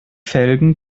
felgen